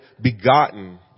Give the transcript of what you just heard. begotten